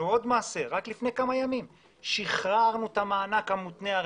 רק לפני כמה ימים שחררנו את המענק המותנה,